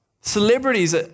Celebrities